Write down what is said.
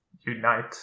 unite